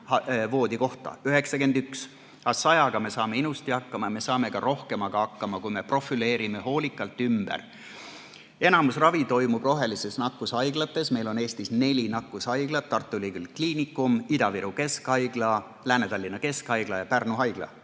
nakkusvoodikohta. Aga 100 patsiendiga me saame ilusti hakkama ja me saame ka rohkemaga hakkama, kui me profüleerime ravi hoolikalt ümber. Enamus ravi toimub rohelises tsoonis nakkushaiglates. Meil on Eestis neli nakkushaiglat: Tartu Ülikooli Kliinikum, Ida-Viru Keskhaigla, Lääne-Tallinna Keskhaigla ja Pärnu Haigla.